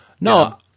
No